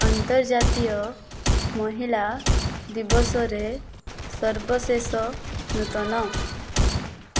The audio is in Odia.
ଆନ୍ତର୍ଜାତୀୟ ମହିଳା ଦିବସରେ ସର୍ବଶେଷ ନୂତନ